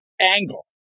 angle